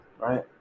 right